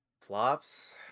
flops